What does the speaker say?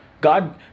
god